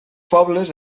pobles